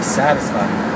satisfied